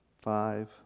Five